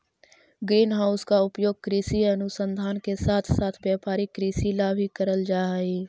green house का उपयोग कृषि अनुसंधान के साथ साथ व्यापारिक कृषि ला भी करल जा हई